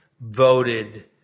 voted